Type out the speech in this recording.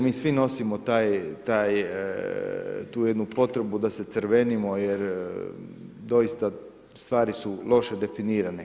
Mi svi nosimo tu jednu potrebu da se crvenimo, jer doista stvari su loše definirane.